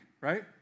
right